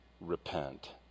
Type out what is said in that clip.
repent